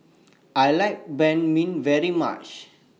I like Banh MI very much